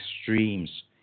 extremes